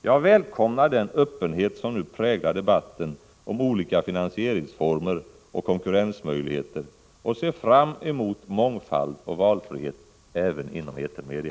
Jag välkomnar den öppenhet som nu präglar debatten om olika finansieringsformer och konkurrensmöjligheter och ser fram emot mångfald och valfrihet även inom etermedia.